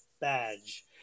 badge